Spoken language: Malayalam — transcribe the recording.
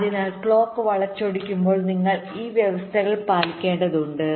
അതിനാൽ ക്ലോക്ക് വളച്ചൊടിക്കുമ്പോൾ നിങ്ങൾ ഈ വ്യവസ്ഥകൾ പാലിക്കേണ്ടതുണ്ട്